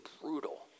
brutal